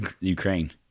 Ukraine